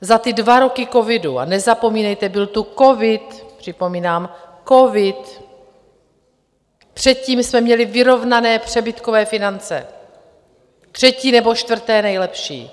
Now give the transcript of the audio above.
Za ty dva roky covidu, a nezapomínejte, byl tu covid, připomínám, covid! předtím jsme měli vyrovnané přebytkové finance, třetí nebo čtvrté nejlepší.